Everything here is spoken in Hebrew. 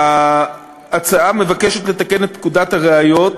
ההצעה מבקשת לתקן את פקודת הראיות